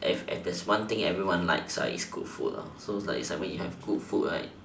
if if there's one thing everyone likes is good food so so it's like when you have good food right